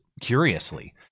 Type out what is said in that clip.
curiously